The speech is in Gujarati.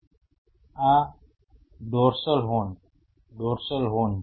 અને આ ડોર્સલ હોર્ન ડોર્સલ હોર્ન છે